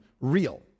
real